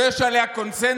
שיש עליה קונסנזוס,